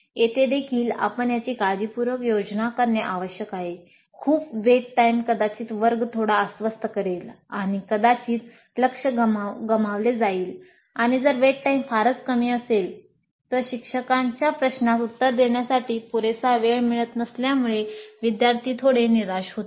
येथे देखील आपण याची काळजीपूर्वक योजना करणे आवश्यक आहे खूप वेट टाईम कदाचित वर्ग थोडा अस्वस्थ करेल आणि कदाचित लक्ष गमावले जाईल आणि जर वेट टाईम फारच कमी असेल तर शिक्षकाच्या प्रश्नास उत्तर देण्यासाठी पुरेसा वेळ मिळत नसल्यामुळे विद्यार्थी थोडे निराश होतात